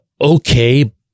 okay